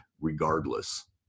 regardless